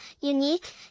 unique